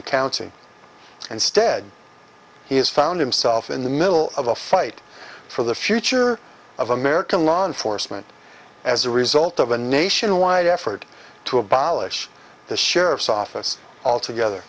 the county and stead he has found himself in the middle of a fight for the future of american law enforcement as a result of a nationwide effort to abolish the sheriff's office altogether